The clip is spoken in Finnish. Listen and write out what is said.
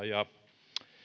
ja